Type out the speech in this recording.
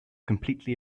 completely